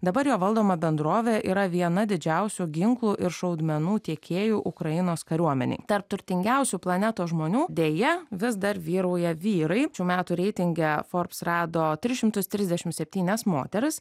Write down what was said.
dabar jo valdoma bendrovė yra viena didžiausių ginklų ir šaudmenų tiekėjų ukrainos kariuomenei tarp turtingiausių planetos žmonių deja vis dar vyrauja vyrai šių metų reitinge forbs rado tris šimtus trisdešim septynias moteris